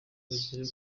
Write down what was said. bagere